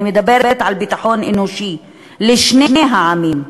אני מדברת על ביטחון אנושי לשני העמים,